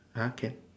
uh can